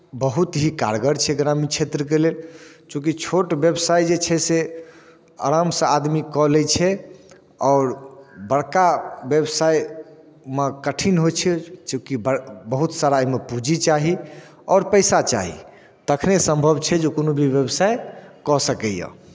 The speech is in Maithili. बहुत ही कारगर छै ग्रामीण क्षेत्रके लेल चूँकि छोट व्यवसाय जे छै से आरामसँ आदमी कऽ लैत छै आओर बड़का व्यवसायमे कठिन होइ छै चूँकि बड़ बहुत सारा एहिमे पूँजी चाही आओर पैसा चाही तखने सम्भव छै जे कोनो भी व्यवसाय कऽ सकैए